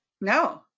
No